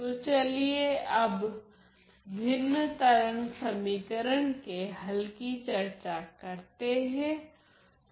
तो चलिए अब भिन्न तरंग समीकरण के हल कि चर्चा करते हैं